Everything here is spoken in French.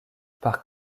par